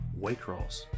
Waycross